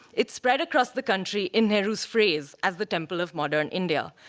it spread across the country in nehru's phrase as the temple of modern india.